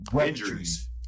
Injuries